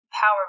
power